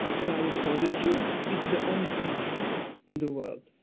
while for the jews, it's the only country in the world,